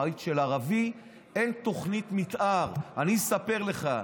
בית של ערבי, אין תוכנית מתאר, אני אספר לך,